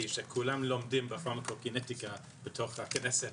שכולם לומדים פארמה קוקינטיקה בתוך הכנסת.